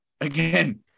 again